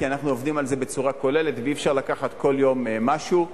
כי אנחנו עובדים על זה בצורה כוללת ואי-אפשר לקחת כל יום משהו.